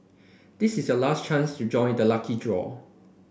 this is your last chance to join the lucky draw